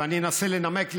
ואני אנסה לנמק,